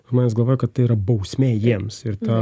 žmonės galvoja kad tai yra bausmė jiems ir ta